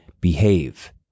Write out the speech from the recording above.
behave